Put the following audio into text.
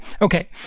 Okay